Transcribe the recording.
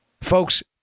Folks